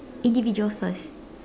individual first